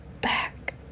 back